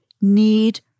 need